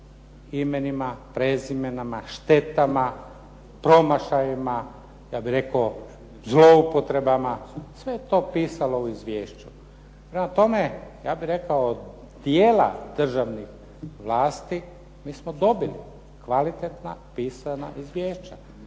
imenima, prezimenima, štetama, promašajima, ja bih rekao zloupotrebama. Sve je to pisalo u izviješću. Prema tome, ja bih rekao dijela državnih vlasti mi smo dobili kvalitetna pisana izvješća,